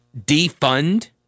defund